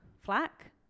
flack